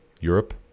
Europe